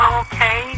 okay